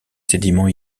sédiments